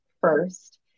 first